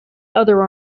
other